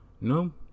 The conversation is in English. No